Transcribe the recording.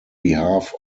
behalf